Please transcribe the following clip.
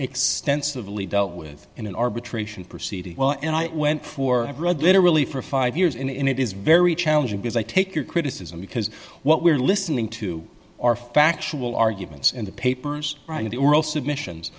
extensively dealt with in an arbitration proceeding well and it went for literally for five years in it is very challenging because i take your criticism because what we're listening to are factual arguments in the papers and the oral submissions